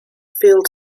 field